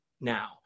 now